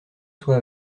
soit